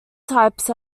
types